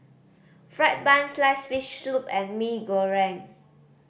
fried bun sliced fish soup and Mee Goreng